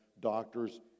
doctor's